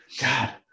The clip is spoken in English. God